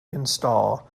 install